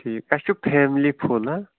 ٹھیٖک اَسہِ چھُ فیملی فُل